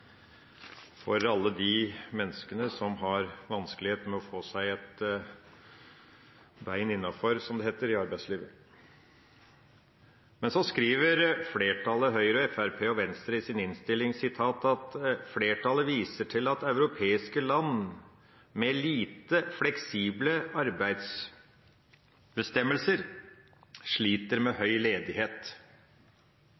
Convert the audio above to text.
for alle de menneskene som har vanskeligheter med å få seg et bein innenfor, som det heter, i arbeidslivet. Men så skriver flertallet, Høyre, Fremskrittspartiet og Venstre, i sin innstilling: «Flertallet viser til at europeiske land med lite fleksible arbeidsmarkeder sliter med høy ledighet.»